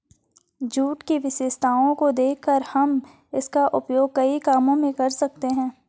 jute की विशेषताओं को देखकर हम इसका उपयोग कई कामों में कर सकते हैं